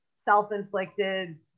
self-inflicted